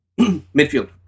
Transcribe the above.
Midfield